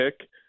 pick